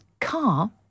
car